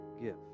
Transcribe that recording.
give